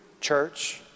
church